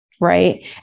right